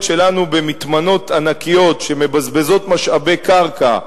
שלנו במטמנות ענקיות שמבזבזות משאבי קרקע,